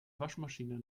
waschmaschine